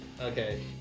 Okay